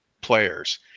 players